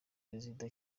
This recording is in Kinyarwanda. perezida